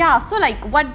ya so like [what]